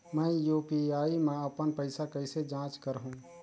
मैं यू.पी.आई मा अपन पइसा कइसे जांच करहु?